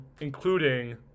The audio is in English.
including